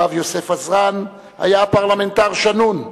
הרב יוסף עזרן היה פרלמנטר שנון,